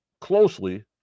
closely